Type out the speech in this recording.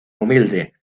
humilde